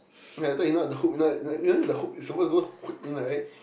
yea later you know the hook you know you know you know the hook is supposed to hook in like that